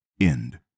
End